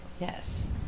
yes